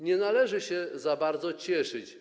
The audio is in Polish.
Nie należy się za bardzo tym cieszyć.